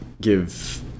give